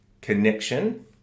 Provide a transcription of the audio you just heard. connection